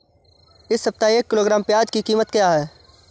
इस सप्ताह एक किलोग्राम प्याज की कीमत क्या है?